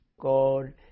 God